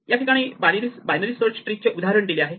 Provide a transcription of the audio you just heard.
या ठिकाणी binary search tree चे उदाहरण दिले आहे